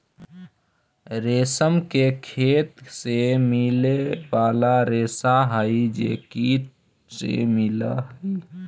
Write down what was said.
रेशम के खेत से मिले वाला रेशा हई जे कीट से मिलऽ हई